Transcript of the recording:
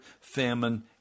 famine